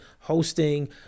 hosting